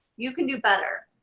you can do better.